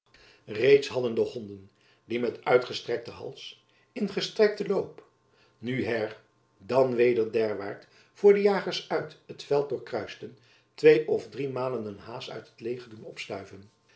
hadden de honden die met uitgestrekten hals in gestrekten loop nu herdan weder derwaart voor de jagers uit het veld doorkruisten twee of drie malen een haas uit het leger doen opstuiven